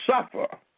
suffer